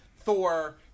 Thor